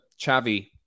Chavi